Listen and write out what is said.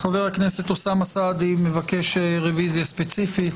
חבר הכנסת אוסאמה סעדי מבקש רביזיה ספציפית.